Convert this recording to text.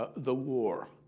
ah the war,